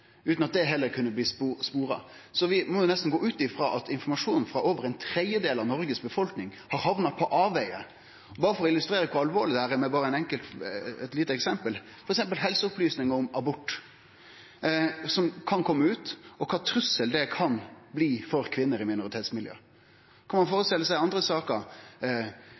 utan at det har kunna bli spora. Vi må nesten gå ut frå at informasjon om over ein tredjedel av Noregs befolkning har hamna på avvegar. Berre for å illustrere med eit lite eksempel kor alvorleg dette er: Lat meg nemne helseopplysningar om abort, som kan kome ut, og kva trussel det kan bli for kvinner i minoritetsmiljø. Kan ein førestille seg andre saker